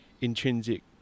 intrinsic